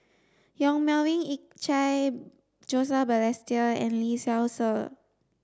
Yong Melvin Yik Chye Joseph Balestier and Lee Seow Ser